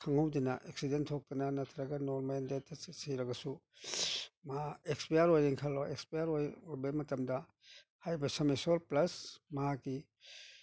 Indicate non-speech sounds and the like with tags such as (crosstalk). ꯈꯪꯍꯧꯗꯅ ꯑꯦꯛꯁꯤꯗꯦꯟ ꯊꯣꯛꯇꯅ ꯅꯠꯇ꯭ꯔꯒ ꯅꯣꯔꯃꯦꯜꯗ ꯁꯤꯔꯕꯁꯨ ꯃꯥ ꯑꯦꯛꯁꯄꯤꯌꯥꯔ ꯑꯣꯏꯔꯦꯅ ꯈꯜꯂꯣ ꯑꯦꯛꯄꯤꯌꯥꯔ ꯑꯣꯏꯕ ꯃꯇꯝꯗ ꯍꯥꯏꯔꯤꯕ (unintelligible) ꯄ꯭ꯂꯁ ꯃꯥꯒꯤ